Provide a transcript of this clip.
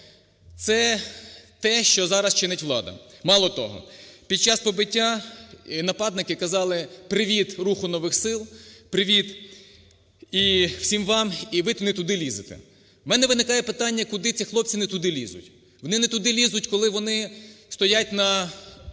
Це те, що зараз чинить влада. Мало того, під час побиття нападники казали "Привіт "Руху нових сил", "Привіт і всім вам" і "Ви не туди лізете". У мене виникає питання: куди ці хлопці не туди лізуть? Вони не туди лізуть, коли вони стоять на